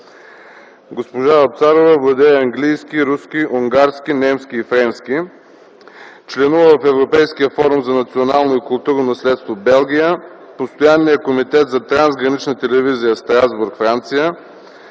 Госпожа Вапцарова владее английски, руски, унгарски, немски и френски езици. Членува в Европейския форум за национално и културно наследство – Белгия, Постоянния комитет за трансгранична телевизия – Страсбург, Франция,